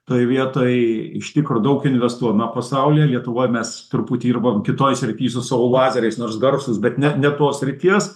toj vietoj iš tikro daug investuojam na pasaulyje lietuvoj mes turbūt dirbam kitoj srity su savo lazeriais nors garsūs bet ne ne tos srities